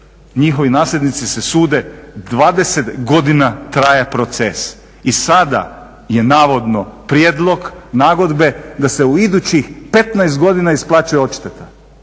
njihovi nasljednici se sude, 20 godina traje proces i sada je navodno prijedlog nagodbe da se u idućih 15 godina isplaćuje odšteta.